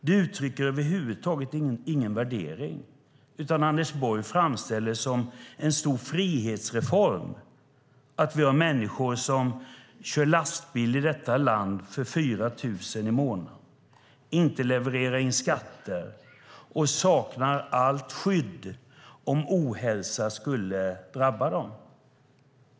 Det uttrycker över huvud taget ingen värdering, utan Anders Borg framställer det som en stor frihetsreform att vi har människor som kör lastbil i detta land för 4 000 kronor i månaden, inte levererar in skatter och saknar allt skydd om ohälsa skulle drabba dem.